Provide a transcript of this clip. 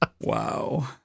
Wow